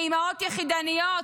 לאימהות יחידניות?